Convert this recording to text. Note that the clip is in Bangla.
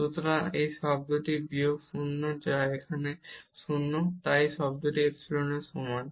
সুতরাং এই টার্মটি বিয়োগ 0 যা এখানে 0 তাই এই টার্মটি ইপসিলন এর সমান